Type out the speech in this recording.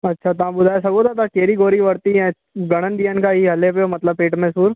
अछा तव्हां ॿुधाए सघो था तव्हां कहिड़ी गोरी वरिती ऐं घणनि ॾींहनि खां हीउ हले पियो मतिलबु पेट में सूरु